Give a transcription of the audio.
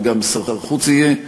וגם שר חוץ יהיה,